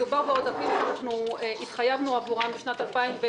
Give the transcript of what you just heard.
מדובר בעודפים שאנחנו התחייבנו עבורם בשנת 2018,